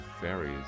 fairies